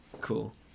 Cool